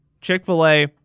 Chick-fil-A